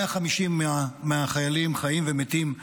150 מהחיילים, חיים ומתים,